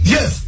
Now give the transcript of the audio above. Yes